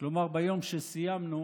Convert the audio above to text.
כלומר ביום שסיימנו,